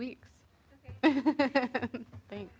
weeks thank